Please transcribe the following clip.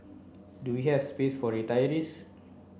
do we have space for retirees